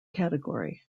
category